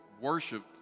worship